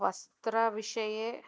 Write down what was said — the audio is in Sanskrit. वस्त्रविषये